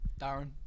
Darren